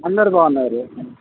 అందరు బాగున్నారు